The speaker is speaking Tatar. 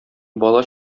бала